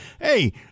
Hey